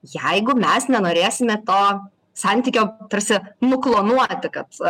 jeigu mes nenorėsime to santykio tarsi nuklonuoti kad